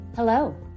Hello